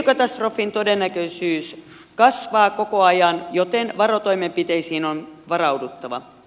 öljykatastrofin todennäköisyys kasvaa koko ajan joten varotoimenpiteisiin on varauduttava